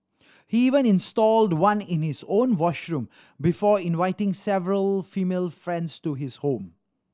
he even installed one in his own washroom before inviting several female friends to his home